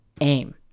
aim